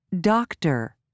Doctor